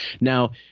Now